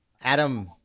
Adam